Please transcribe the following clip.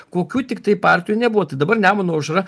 kokių tiktai partijų nebuvo tai dabar nemuno aušra